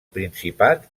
principat